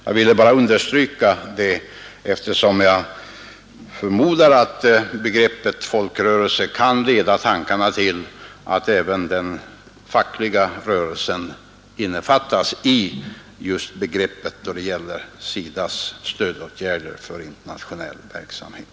Jag vill bara understryka detta, eftersom jag förmodar att begreppet folkrörelse kan leda tankarna till att även den fackliga rörelsen innefattas i begreppet då det gäller SIDA:s stödåtgärder för internationell verksamhet.